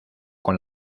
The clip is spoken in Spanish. con